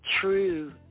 true